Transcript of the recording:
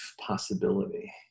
possibility